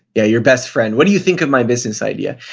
yeah, your best friend. what do you think of my business idea?